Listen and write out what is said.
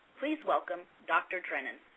please welcome dr. drennen.